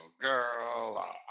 girl